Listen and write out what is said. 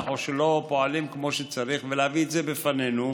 או שלא פועלים כמו שצריך ולהביא את זה בפנינו,